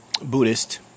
Buddhist